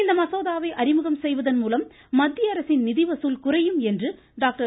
இந்த மசோதாவை அறிமுகம் செய்வதன் மூலம் மத்திய அரசின் நிதி வசூல் குறையும் என்று டாக்டர்